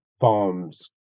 farms